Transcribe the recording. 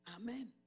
Amen